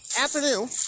afternoon